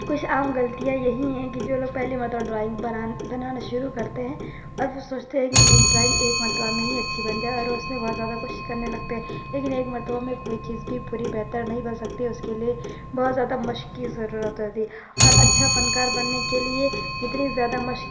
کچھ عام غلطیاں یہی ہیں کہ جو لوگ پہلی مرتبہ ڈرائنگ بنانا بنانا شروع کرتے ہیں اب وہ سوچتے ہیں کہ میری ڈرائنگ ایک مرتبہ میں ہی اچھی بن جائے اور اس میں بہت زیادہ کوشش کرنے لگتے ہیں لیکن ایک مرتبہ میں کوئی چیز بھی پوری بہتر نہیں بن سکتی ہے اس کے لیے بہت زیادہ مشق کی ضرورت ہوتی ہے اور اچھا فنکار بننے کے لیے جتنی زیادہ مشق